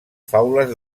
faules